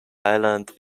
ireland